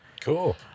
Cool